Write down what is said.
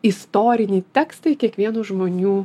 istorinį tekstą į kiekvieno žmonių